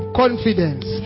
confidence